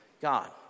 God